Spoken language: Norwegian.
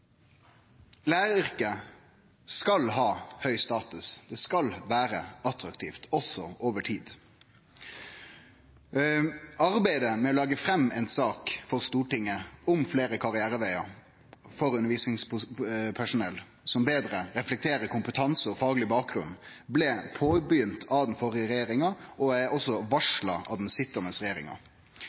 Læraryrket skal ha høg status, det skal vere attraktivt – også over tid. Arbeidet med å leggje fram ei sak for Stortinget om fleire karrierevegar for undervisningspersonell som betre reflekterer kompetanse og fagleg bakgrunn, blei starta av den førre regjeringa og blei varsla av den sitjande regjeringa.